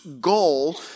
goal